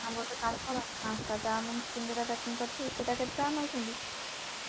ଗୋଟେ କାମ କରନ୍ତୁ ପାଞ୍ଚଟା ଚାଓମିନ୍ ସିଙ୍ଗଡ଼ା ପ୍ୟାକିଂ କରିଥିବେ ସେଇଟା କେତେ ଟଙ୍କା ନେଉଛନ୍ତି